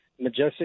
Majestic